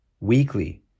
weekly